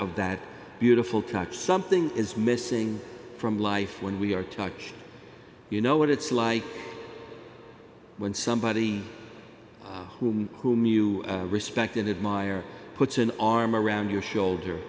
of that beautiful touch something is missing from life when we are talking you know what it's like when somebody whom whom you respect and admire puts an arm around your shoulder